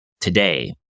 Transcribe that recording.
Today